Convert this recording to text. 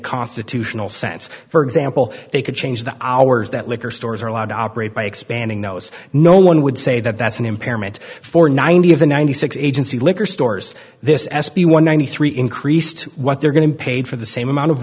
constitutional sense for example they could change the hours that liquor stores are allowed to operate by expanding no it's no one would say that that's an impairment for ninety of the ninety six agency liquor stores this s b one ninety three increased what they're going to be paid for the same amount of